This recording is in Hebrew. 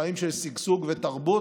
חיים של שגשוג ותרבות.